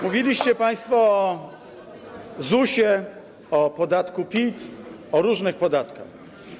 Mówiliście państwo o ZUS-ie, o podatku PIT, o różnych podatkach.